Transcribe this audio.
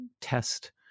test